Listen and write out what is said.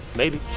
maybe.